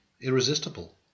irresistible